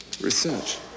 Research